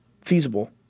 feasible